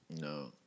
No